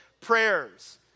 prayers